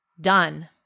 done